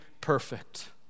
perfect